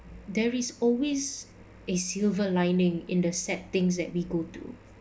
there is always a silver lining in the sad things that we go through